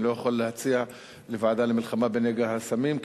אני לא יכול להציע לוועדה למלחמה בנגע הסמים,